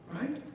right